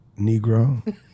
Negro